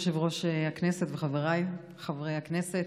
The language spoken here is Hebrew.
יושב-ראש הכנסת וחבריי חברי הכנסת.